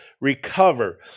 recover